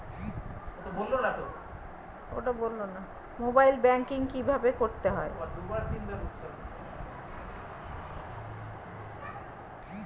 Mobile banking কীভাবে করতে হয়?